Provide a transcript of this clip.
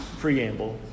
preamble